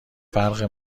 فرق